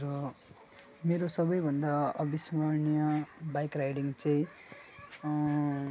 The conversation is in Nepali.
मेरो मेरो सबैभन्दा अविस्मरणीय बाइक राइडिङ चाहिँ